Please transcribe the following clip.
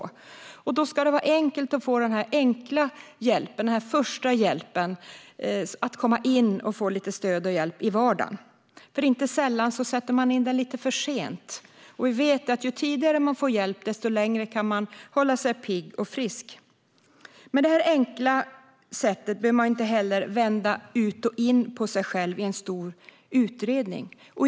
Då ska det vara enkelt att få den där första, enkla hjälpen och få lite stöd i vardagen. Inte sällan sätts hjälpen in lite för sent. Vi vet att ju tidigare äldre får hjälp, desto längre kan de hålla sig pigga och friska. Med detta enkla sätt behöver man inte heller vända ut och in på sig i en stor utredning.